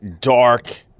dark